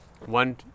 One